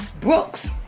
Brooks